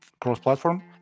cross-platform